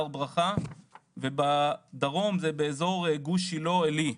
הר ברכה ובדרום זה באזור גוש שילה עלי,